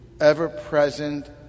ever-present